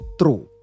true